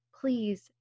please